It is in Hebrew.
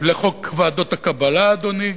לחוק ועדות הקבלה, אדוני,